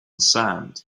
sand